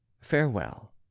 FAREWELL